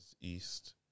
east